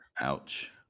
Ouch